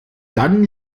dann